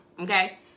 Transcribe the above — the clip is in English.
okay